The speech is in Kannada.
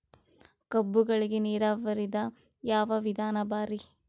ಕಬ್ಬುಗಳಿಗಿ ನೀರಾವರಿದ ಯಾವ ವಿಧಾನ ಭಾರಿ?